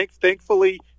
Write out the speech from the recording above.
Thankfully